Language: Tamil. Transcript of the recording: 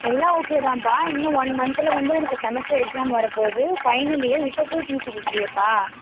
எல்லாம் ஓகே தான்பா இன்னும் ஒன் மந்தில் வந்து உனக்கு செமஸ்டர் எக்ஸாம் வர போது ஃபைனல் இயர் இப்போ போய் டிசி கேட்கறியேப்பா